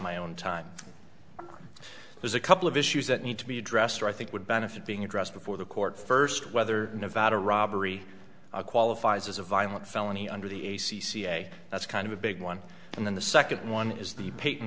own time there's a couple of issues that need to be addressed i think would benefit being addressed before the court first whether nevada robbery qualifies as a violent felony under the a c c a that's kind of a big one and then the second one is the peyton